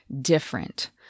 different